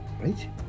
Right